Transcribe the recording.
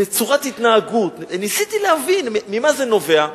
וצורת התנהגות, וניסיתי להבין, ממה זה נובע.